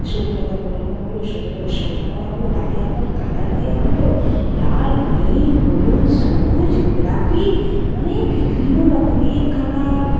সুতোটাকে ঘোরানো হলো সুতোটাকে সোজা করা হলো তাকে আবার কালার দেয়া হলো লাল নীল হলুদ সবুজ গোলাপি মানে বিভিন্ন রকমের কালার